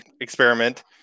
experiment